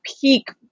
peak